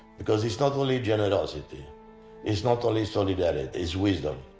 because, it's not only generosity it's not only solidarity, it's wisdom.